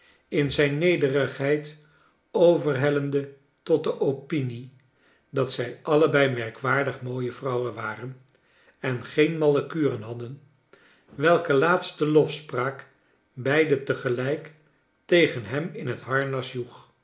in zijn nederigheid overhellende tot de opinie dat zij allebei merkwaardig mooie vrouwen waren en geen malle kuren hadden welke laatste lofspraak beiden te gelijk tegen hem in het harnas